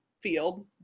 field